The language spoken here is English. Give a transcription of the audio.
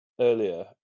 earlier